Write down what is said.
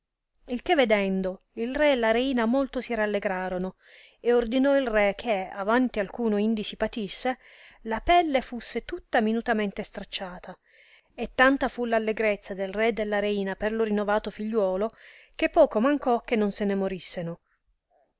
il che vedendo il re e la reina molto si rallegrorono e ordinò il re che avanti alcuno indi si partisse la pelle fusse tutta minutamente stracciata e tanta fu v allegrezza del re e della reina per lo rinovato figliuolo che poco mancò che non se ne morisseno il